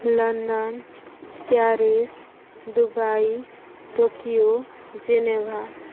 London Paris Dubai Tokyo Geneva